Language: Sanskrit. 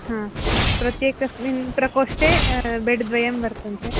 हा प्रत्येकस्मिन् प्रकोष्ठे बेड् द्वयं वर्तन्ते